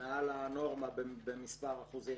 מעל הנורמה במספר אחוזים.